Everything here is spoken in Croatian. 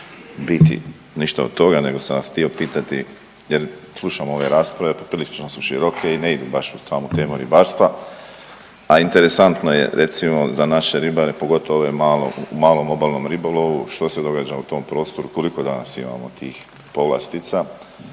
biti ništa od toga, nego sam vas htio pitati jer slušam ove rasprave, poprilično su široke i ne idu baš uz samu temu ribarstva, a interesantno je recimo za naše ribare pogotovo ove malo u malom obalnom ribolovu što se događa u tom prostoru, koliko danas imamo tih povlastica.